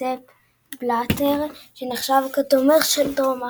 ספ בלאטר, שנחשב כתומך של דרום אפריקה.